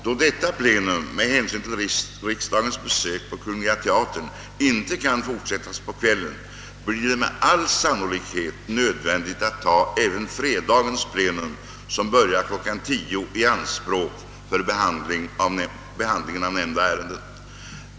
Då detta plenum med hänsyn till riksdagens besök på Kungl. Teatern icke kan fortsättas på kvällen, blir det med all sannolikhet nödvändigt att taga även fredagens plenum, som börjar kl. 10.00, i anspråk för behandlingen av nämnda ärenden.